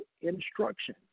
instruction